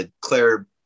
Claire